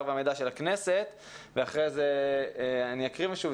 והמידע של הכנסת ואחר כך אני אקריא משהו.